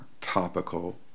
topical